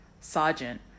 sergeant